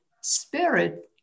spirit